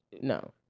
No